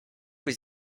was